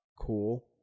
cool